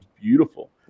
beautiful